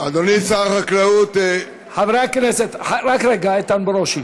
אדוני שר החקלאות, רק רגע, איתן ברושי.